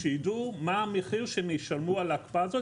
שידעו מה המחיר שהם ישלמו על ההקפאה הזאת.